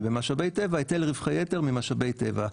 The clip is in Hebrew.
ובמשאבי טבע היטל רווחי יתר ממשאבי טבע.